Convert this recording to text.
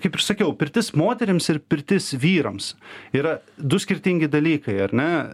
kaip ir sakiau pirtis moterims ir pirtis vyrams yra du skirtingi dalykai ar ne